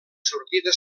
sortida